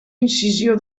incisió